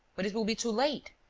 but it will be too late.